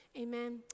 Amen